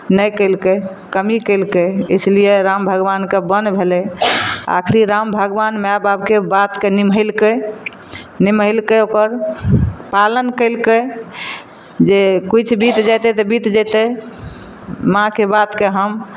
नहि कयलकै कमी कयलकै इसलिए राम भगबानके बन भेलै आखरी राम भगबानमे बापके बातके निमहेलकै निमहेलकै ओकर पालन कयलकै जे किछु बीत जेतै तऽ बीत जेतै माँके बातके हम